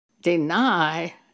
deny